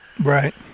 Right